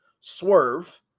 Swerve